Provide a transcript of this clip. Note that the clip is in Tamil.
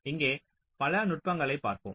இங்கே பல நுட்பங்களைப் பார்ப்போம்